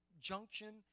junction